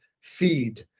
feed